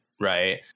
Right